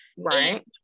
right